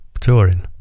touring